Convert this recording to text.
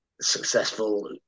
successful